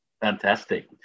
Fantastic